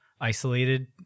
isolated